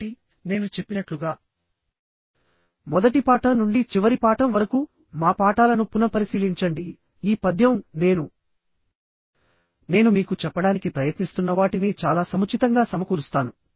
కాబట్టి నేను చెప్పినట్లుగా మొదటి పాఠం నుండి చివరి పాఠం వరకు మా పాఠాలను పునఃపరిశీలించండి ఈ పద్యం నేను నేను మీకు చెప్పడానికి ప్రయత్నిస్తున్న వాటిని చాలా సముచితంగా సమకూరుస్తాను